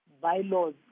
Bylaws